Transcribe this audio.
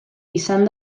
izan